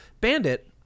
bandit